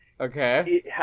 Okay